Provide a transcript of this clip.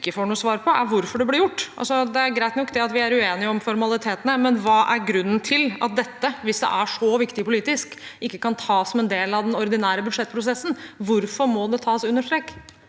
hvorfor det ble gjort. Det er greit nok at vi er uenige om formalitetene, men hva er grunnen til at dette, hvis det er så viktig politisk, ikke kan tas som en del av den ordinære budsjettprosessen? Hvorfor må det tas under strek?